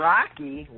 Rocky